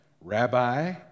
Rabbi